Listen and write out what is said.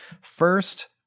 first